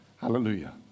Hallelujah